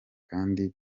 kandi